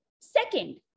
Second